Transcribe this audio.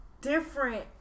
different